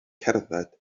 cerdded